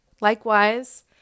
Likewise